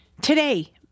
Today